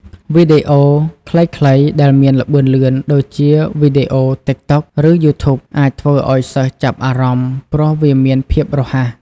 វីដេអូខ្លីៗដែលមានល្បឿនលឿនដូចជាវីដេអូ TikTok ឬ Youtube អាចធ្វើឱ្យសិស្សចាប់អារម្មណ៍ ព្រោះវាមានភាពរហ័ស។